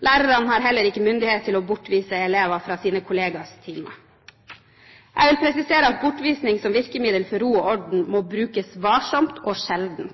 Lærerne har ikke myndighet til å bortvise elever fra sine kollegers timer. Jeg vil presisere at bortvisning som virkemiddel for ro og orden må brukes varsomt og sjelden.